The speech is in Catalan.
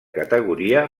categoria